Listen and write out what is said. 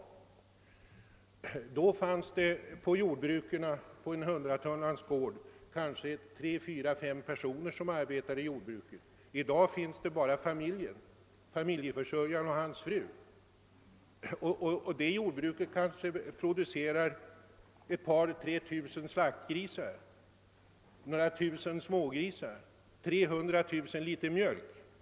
Under kriget fanns det på en 100 tunnlands gård kanske 3—4—53 personer, som arbetade i jordbruket. I dag finns det ofta bara familjen, alltså familjeförsörjaren och hans fru. Ett sådant familjeföretag kanske producerar 2 000—3 000 slaktgrisar, ett annat lika många smågrisar och ett tredje 300 000 liter mjölk.